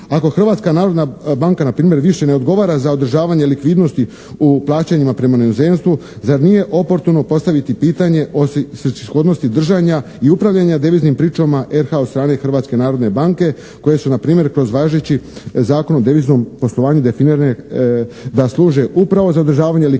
Ako Hrvatska narodna banka na primjer više ne odgovara za održavanje likvidnosti u plaćanjima prema inozemstvu zar nije oportuno postaviti pitanje o svrsishodnosti držanja i upravljanja deviznim pričuvama RH od strane Hrvatske narodne banke koje su na primjer kroz važeći Zakon o deviznom poslovanju definirane da služe upravo za održavanje likvidnosti